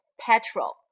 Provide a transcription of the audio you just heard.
petrol